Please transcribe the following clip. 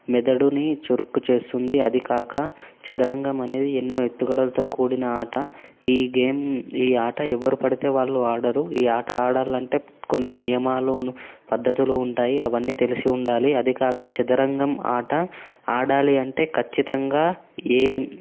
మెదడుని చురుకు చేస్తుంది అది కాక చదరంగం అనేది ఎన్నో ఎత్తుగడలతో కూడిన ఆట ఈ గేమ్ ఈ ఆట ఎవరు పడితే వాళ్ళు ఆడరు ఈ ఆట ఆడాలి అంటే కొన్ని నియమాలు పద్ధతులు ఉంటాయి అవన్నీ తెలిసి ఉండాలి అది కాక చదరంగం ఆట ఆడాలి అంటే ఖచ్చితంగా ఏ